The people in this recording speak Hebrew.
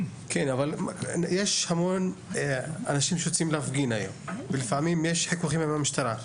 יש המון אנשים שיוצאים להפגין ולפעמים יש חיכוכים עם המשטרה.